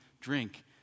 drink